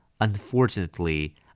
Unfortunately